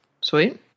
Sweet